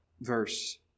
verse